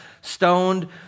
stoned